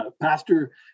Pastor